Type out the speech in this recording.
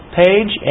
page